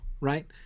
Right